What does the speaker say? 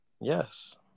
Yes